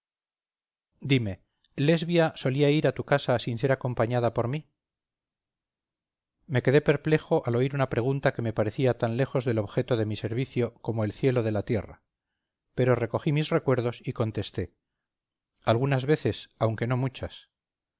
dime lesbia solía ir a tu casa sin ser acompañada por mí me quedé perplejo al oír una pregunta que me parecía tan lejos del objeto de mi servicio como el cielo de la tierra pero recogí mis recuerdos y contesté algunas veces aunque no muchas